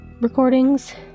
recordings